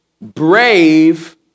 brave